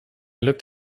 looked